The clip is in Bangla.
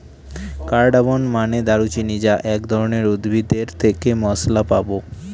কার্ডামন মানে দারুচিনি যা এক ধরনের উদ্ভিদ এর থেকে মসলা পাবো